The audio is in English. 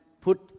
put